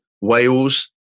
Wales